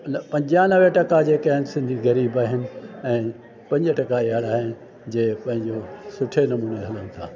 पंजानवे टका जेके आहिनि सिंधी ग़रीब आहिनि ऐं पंज टका यार आहिनि जे पंहिंजो सुठे नमूने हलनि था